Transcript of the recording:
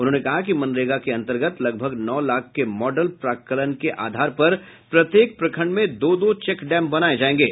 उन्होंने कहा कि मनरेगा के अंतर्गत लगभग नौ लाख के मॉडल प्राक्कलन के आधार पर प्रत्येक प्रखंड में दो दो चेक डैम बनाये जायेगे